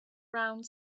round